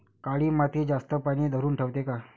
काळी माती जास्त पानी धरुन ठेवते का?